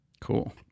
Cool